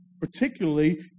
particularly